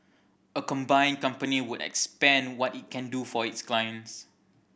a combined company would expand what it can do for its clients